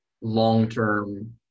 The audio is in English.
long-term